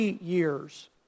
years